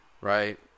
right